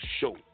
show